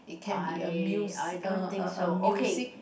I I don't think so okay